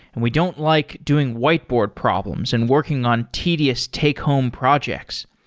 and we don't like doing whiteboard problems and working on tedious take home projects.